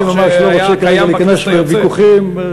אני לא רוצה כרגע להיכנס לוויכוחים.